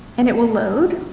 and it will load